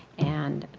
and